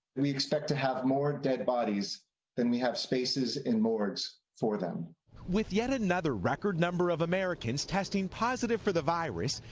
we expect to have more dead bodies than we have spaces in morgues for them. reporter with yet another record number of americans testing positive for the virus,